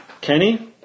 Kenny